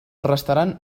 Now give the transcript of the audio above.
restaran